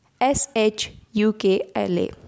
S-H-U-K-L-A